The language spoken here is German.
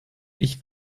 ich